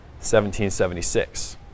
1776